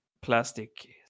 plastic